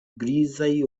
grizaj